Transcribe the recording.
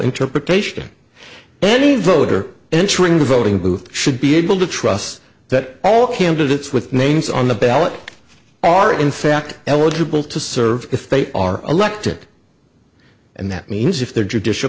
interpretation any voter entering the voting booth should be able to trust that all candidates with names on the ballot are in fact eligible to serve if they are elected and that means if their judicial